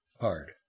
hard